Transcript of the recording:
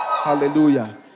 Hallelujah